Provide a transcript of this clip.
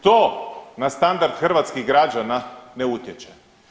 To na standard hrvatskih građana ne utječe.